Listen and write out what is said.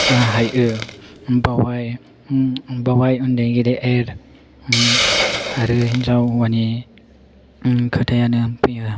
हायो बेवहाय उन्दै गेदेर आरो हिन्जाव हौवानि खोथायानो फैआ